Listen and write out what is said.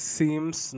seems